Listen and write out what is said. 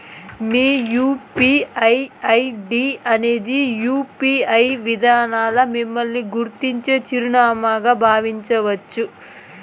మీ UPI ID అనేది UPI విదానంల మిమ్మల్ని గుర్తించే చిరునామాగా బావించచ్చు